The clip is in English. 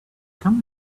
come